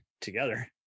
together